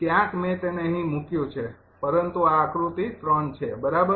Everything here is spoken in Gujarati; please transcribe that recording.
ક્યાંક મેં તેને અહીં મૂક્યું છે પરંતુ આ આકૃતિ 3 છે બરાબર